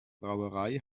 brauerei